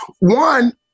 one –